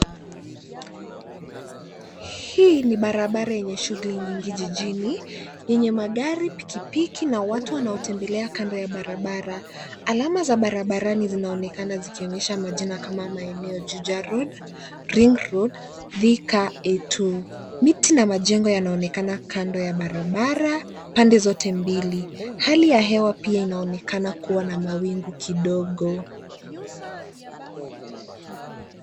Hii ni barabara yenye shughuli nyingi jijini yenye magari, pikipiki na watu wanao tembelea kando ya barabara. Alama za barabarani zinaonekana zikionyesha majina kama maeneo Juja Road, Ring Road, Thika, A2. Miti na majengo yanaonekana kando ya barabara pande zote mbili. Hali ya hewa pia inaonekana kuwa na mawingu kidogo.